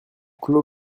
clos